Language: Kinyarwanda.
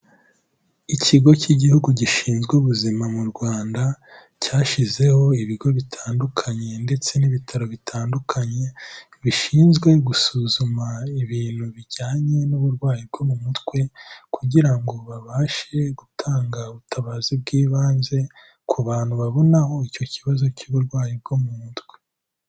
Ikigo cy'Igihugu gishinzwe ubuzima mu Rwanda, cyashyizeho ibigo bitandukanye ndetse n'ibitaro bitandukanye, bishinzwe gusuzuma ibintu bijyanye n'uburwayi bwo mu mutwe, kugira ngo babashe gutanga ubutabazi bw'ibanze ku bantu babonaho icyo kibazo cy'uburwayi bwo mu mutwe.